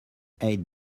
eight